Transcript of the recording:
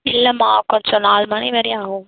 இல்லைமா கொஞ்சம் நால் மணி வரையும் ஆவும்